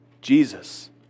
Jesus